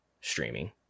streaming